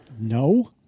No